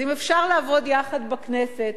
אז אם אפשר לעבוד יחד בכנסת,